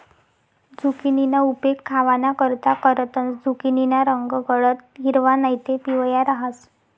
झुकिनीना उपेग खावानाकरता करतंस, झुकिनीना रंग गडद हिरवा नैते पिवया रहास